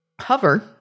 Hover